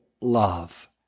love